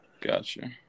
gotcha